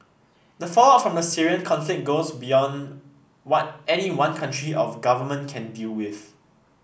the fallout from the Syrian conflict goes beyond what any one country or government can deal with